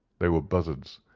they were buzzards,